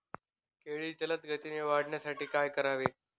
केळी जलदगतीने वाढण्यासाठी काय करावे?